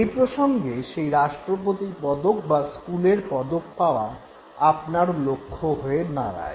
এই প্রসঙ্গে সেই রাষ্ট্রপতি পদক বা স্কুলের পদক পাওয়া আপনার লক্ষ্য হয়ে দাঁড়ায়